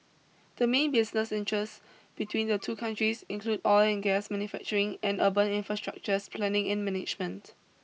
the main business interests between the two countries include oil and gas manufacturing and urban infrastructures planning and management